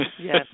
Yes